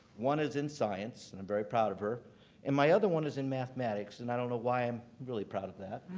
one is in science, and i'm very proud of her and my other one is in mathematics, and i don't know why, i'm really proud of that.